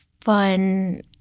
fun